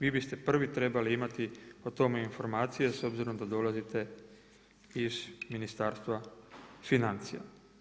Vi biste prvi trebali imati o tome informacije s obzirom da dolazite iz Ministarstva financija.